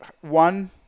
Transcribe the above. one